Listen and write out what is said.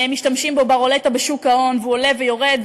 משתמשים בו ברולטה בשוק ההון והוא עולה ויורד,